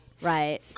Right